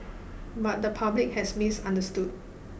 but the public has misunderstood